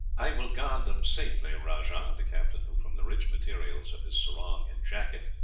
i will guard them safely, rajah, the captain, who, from the rich materials of his sarong and jacket,